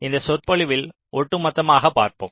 இந்த சொற்பொழிவில் ஒட்டுமொத்தமாக பார்ப்போம்